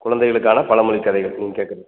குழந்தைகளுக்கான பலமொழி கதைகள் நீங்கள் கேட்கறது